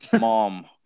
Mom